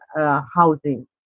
housing